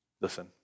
Listen